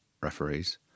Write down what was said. referees